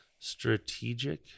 Strategic